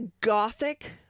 gothic